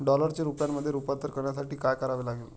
डॉलरचे रुपयामध्ये रूपांतर करण्यासाठी काय करावे लागेल?